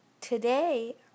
Today